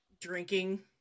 drinking